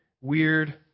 weird